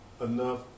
enough